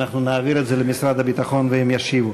אנחנו נעביר את זה למשרד הביטחון והם ישיבו.